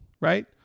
Right